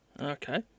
Okay